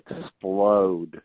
explode